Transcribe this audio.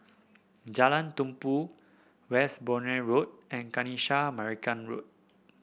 Jalan Tumpu Westbourne Road and Kanisha Marican Road